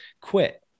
quit